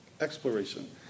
exploration